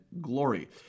glory